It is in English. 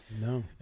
No